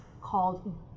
called